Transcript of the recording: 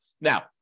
now